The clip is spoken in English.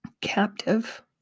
captive